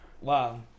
Wow